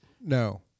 No